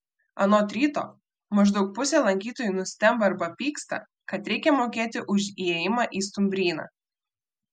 anot ryto maždaug pusė lankytojų nustemba arba pyksta kad reikia mokėti už įėjimą į stumbryną